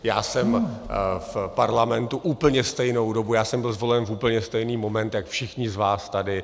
Já jsem v parlamentu úplně stejnou dobu, byl jsem zvolen v úplně stejný moment jako všichni z vás tady.